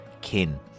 Kin